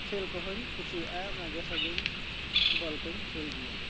ᱠᱷᱮᱞ ᱠᱚ ᱦᱚᱧ ᱠᱩᱥᱤᱭᱟᱜᱼᱟ ᱢᱟᱡᱷᱮ ᱥᱟᱡᱷᱮᱧ ᱵᱚᱞ ᱠᱚᱧ ᱠᱷᱮᱞ ᱜᱤᱭᱟ